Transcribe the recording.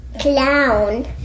clown